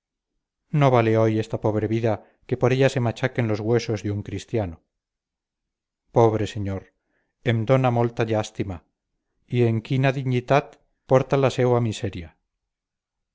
no vale hoy esta pobre vida que por ella se machaquen los huesos de un cristiano pobre señor em dona molta llástima y en quina dignitat porta la seua miseria